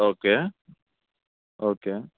okay okay